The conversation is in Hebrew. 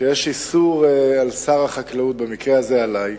שיש איסור על שר החקלאות, במקרה הזה עלי,